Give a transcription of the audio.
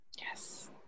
Yes